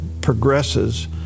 progresses